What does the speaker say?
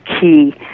key